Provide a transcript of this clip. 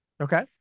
Okay